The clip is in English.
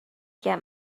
get